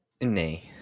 Nay